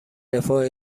رفاه